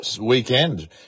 weekend